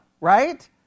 right